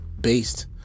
based